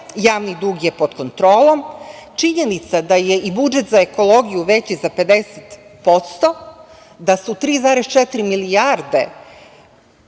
javni dug je pod kontrolom. Činjenica da je i budžet za ekologiju veći za 50%, da su 3,4 milijarde